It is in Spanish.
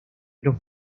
pero